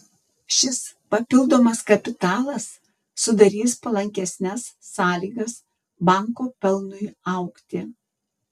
šis papildomas kapitalas sudarys palankesnes sąlygas banko pelnui augti